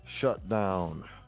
shutdown